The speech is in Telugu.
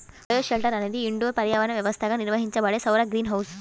బయోషెల్టర్ అనేది ఇండోర్ పర్యావరణ వ్యవస్థగా నిర్వహించబడే సౌర గ్రీన్ హౌస్